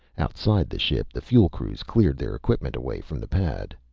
outside the ship, the fuel crews cleared their equipment away from the pad.